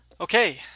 Okay